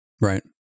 Right